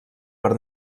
per